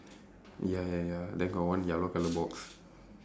ya ya ya then got one yellow colour box